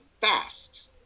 fast